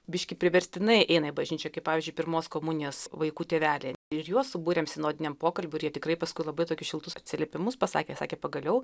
biškį priverstinai eina į bažnyčią kaip pavyzdžiui pirmos komunijos vaikų tėveliai ir juos subūrėm sinodiniam pokalbiui ir jie tikrai paskui labai tokius šiltus atsiliepimus pasakė sakė pagaliau